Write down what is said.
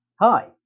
Hi